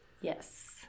Yes